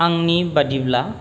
आंनि बादिब्ला